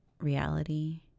reality